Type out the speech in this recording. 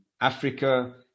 Africa